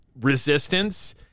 resistance